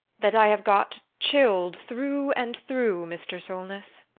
that i have got chilled through and through, mr. solness.